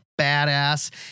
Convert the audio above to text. badass